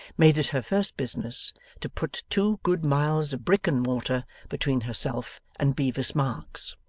made it her first business to put two good miles of brick and mortar between herself and bevis marks.